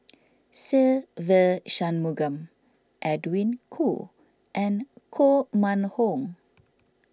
Se Ve Shanmugam Edwin Koo and Koh Mun Hong